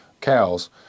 cows